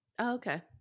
Okay